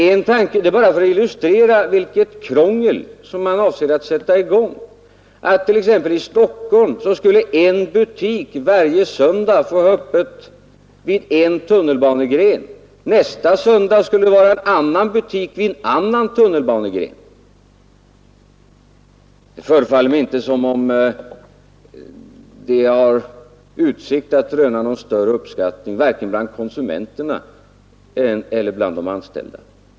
Bara för att illustrera vilket krångel man avser att sätta i gång vill jag nämna, att en tanke är att i Stockholm en butik varje söndag skulle få ha öppet vid en tunnelbanegren medan nästa söndag en butik vid någon annan tunnelbanegren skulle få ha öppet. Det förefaller mig inte som om något sådant har utsikt att röna någon större uppskattning vare sig bland konsumenterna eller bland de anställda.